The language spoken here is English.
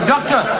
Doctor